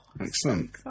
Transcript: Excellent